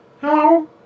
Hello